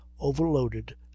overloaded